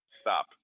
stop